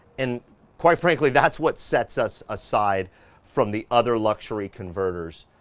and quite frankly, that's what sets us aside from the other luxury converters.